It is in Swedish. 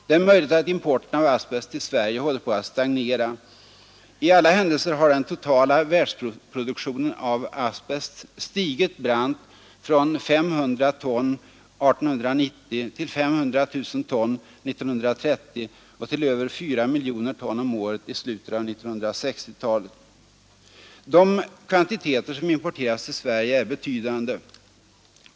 Det ä möjligt att importen av asbest till Sverige håller på att stagnera: I alla händelser har den totala världsproduktionen av asbest stigit brant från 500 ton år 1890 till 500 000 ton år 1930 och till över 4 miljoner ton om året i slutet av 1960-talet. De kvantiteter som importeras till Sverige är betydande.